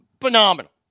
phenomenal